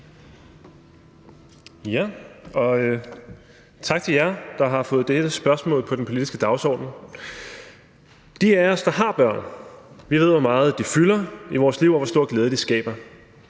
tak til jer, der har fået dette spørgsmål på den politiske dagsorden. De af os, der har børn, ved, hvor meget de fylder i vores liv, og hvor stor glæde det skaber.